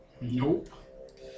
Nope